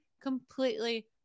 completely